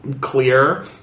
clear